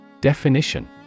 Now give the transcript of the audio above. Definition